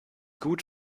gut